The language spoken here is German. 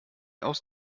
aus